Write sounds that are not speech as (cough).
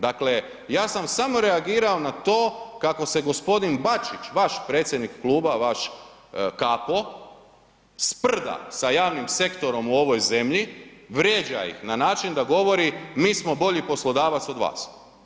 Dakle ja sam samo reagirao na to kako se g. Bačić, vaš predsjednik kluba, vaš ... (unintelligible) sprda sa javnim sektorom u ovoj zemlji, vrijeđa ih na način da govori mi smo bolji poslodavac od vas.